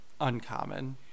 uncommon